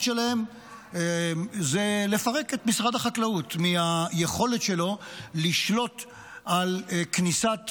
שלהן היא לפרק את משרד החקלאות מהיכולת שלו לשלוט על כניסת